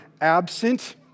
absent